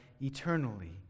eternally